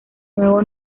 nuevo